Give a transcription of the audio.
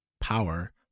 power